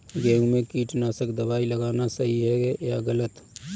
गेहूँ में कीटनाशक दबाई लगाना सही है या गलत?